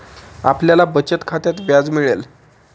आपल्याला बचत खात्यात व्याज मिळेल